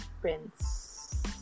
Prince